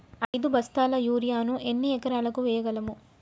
ఐదు బస్తాల యూరియా ను ఎన్ని ఎకరాలకు వేయగలము?